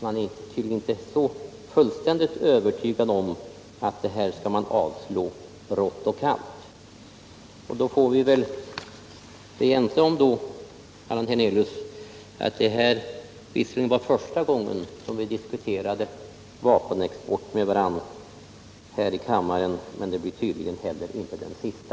Utskottet är inte fullständigt övertygat om att motionen skall avslås rått och kallt. Vi får väl vara ense om, Allan Hernelius, att detta visserligen är första gången som vi diskuterar vapenexport med varandra här i kammaren men tydligen inte den sista.